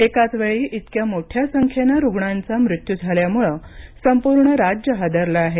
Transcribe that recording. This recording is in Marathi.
एकाच वेळी इतक्या मोठ्या संख्येनं रुग्णांचा मृत्यू झाल्यामुळे संपूर्ण राज्य हादरलं आहे